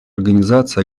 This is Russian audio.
организации